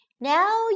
Now